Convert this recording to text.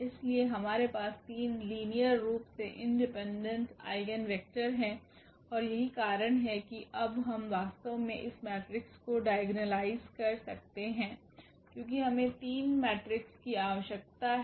इसलिए हमारे पास 3 लीनियर रूप से इंडिपेंडेंट आइगेन वेक्टर है और यही कारण है कि अब हम वास्तव में इस मेट्रिक्स को डाइगोनलाइज कर सकते हैं क्योंकि हमें 3 मेट्रिक्स की आवश्यकता है